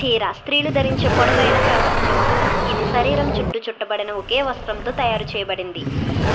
చీర స్త్రీలు ధరించే పొడవైన ప్రవహించే వస్త్రం ఇది శరీరం చుట్టు చుట్టబడిన ఒకే వస్త్రంతో తయారు చేయబడింది